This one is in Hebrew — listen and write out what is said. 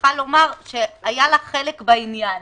צריכה לומר שהיה לה חלק בעניין,